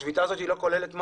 השביתה הזאת לא כוללת מים.